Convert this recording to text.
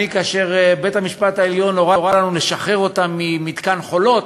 כאשר בית-המשפט העליון הורה לנו לשחרר אותם ממתקן "חולות",